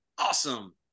awesome